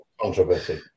controversy